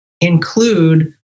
include